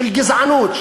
של גזענות,